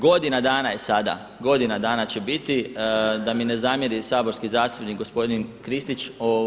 Godina dana je sada, godina dana će biti da mi ne zamjeri saborski zastupnik gospodin Kristić.